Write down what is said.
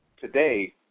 Today